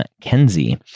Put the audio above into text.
Kenzie